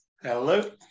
Hello